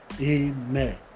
Amen